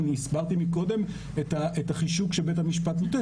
אני הסברתי קודם את החישוב שבית-המשפט ביטל.